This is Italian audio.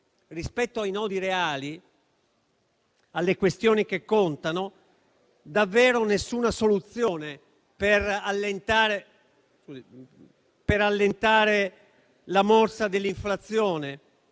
Rispetto ai nodi reali e alle questioni che contano non c'è davvero nessuna soluzione per allentare la morsa dell'inflazione;